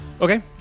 Okay